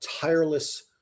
tireless